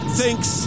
thinks